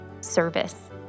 service